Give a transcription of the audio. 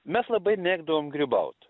mes labai mėgdavom grybaut